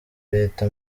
leta